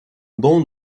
ban